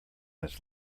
his